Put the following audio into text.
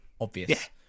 obvious